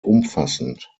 umfassend